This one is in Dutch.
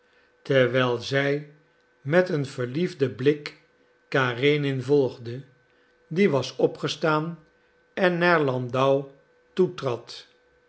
terwijl zij met een verliefden blik karenin volgde die was opgestaan en naar landau